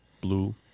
Blue